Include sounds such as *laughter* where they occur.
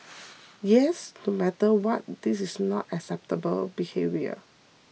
*noise* yes no matter what this is not acceptable behaviour